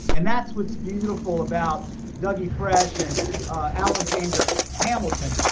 and that's what's beautiful about doug e. fresh and alexandra hamilton.